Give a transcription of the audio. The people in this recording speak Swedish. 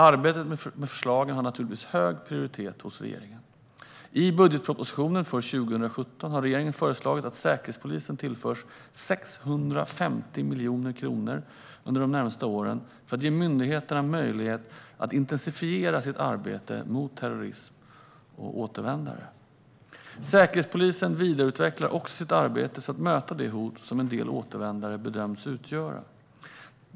Arbetet med förslagen har naturligtvis hög prioritet hos regeringen. I budgetpropositionen för 2017 har regeringen föreslagit att Säkerhetspolisen tillförs 650 miljoner kronor under de närmaste åren för att ge myndigheten möjlighet att intensifiera sitt arbete mot terrorism och återvändare. Säkerhetspolisen vidareutvecklar också sitt arbete för att möta det hot som en del återvändare bedöms utgöra.